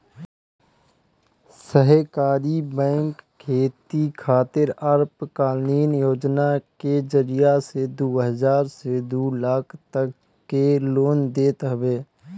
सहकारी बैंक खेती खातिर अल्पकालीन योजना के जरिया से दू हजार से दू लाख तक के लोन देत हवे